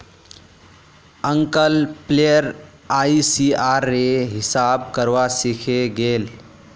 uncle player ICR रे हिसाब करवा सीखे गेल